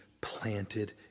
planted